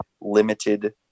limited